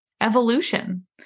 evolution